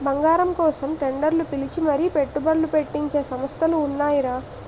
బంగారం కోసం టెండర్లు పిలిచి మరీ పెట్టుబడ్లు పెట్టించే సంస్థలు ఉన్నాయిరా